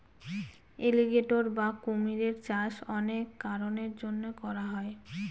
alligator বা কুমিরের চাষ অনেক কারনের জন্য করা হয়